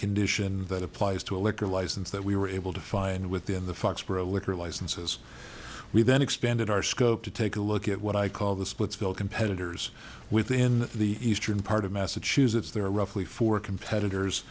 condition that applies to a liquor license that we were able to find within the foxboro a liquor license as we then expanded our scope to take a look at what i call the splitsville competitors within the eastern part of massachusetts there are roughly four competitors